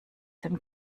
dem